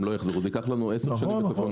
הם לא יחזרו וייקח לנו 10 שנים להחזיר אותם.